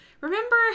Remember